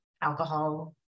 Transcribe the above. alcohol